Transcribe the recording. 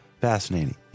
fascinating